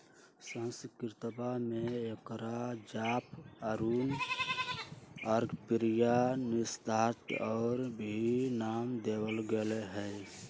संस्कृतवा में एकरा जपा, अरुण, अर्कप्रिया, त्रिसंध्या और भी नाम देवल गैले है